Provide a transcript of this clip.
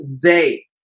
day